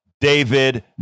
David